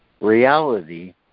Reality